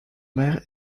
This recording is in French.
mer